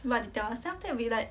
like dust then after that we like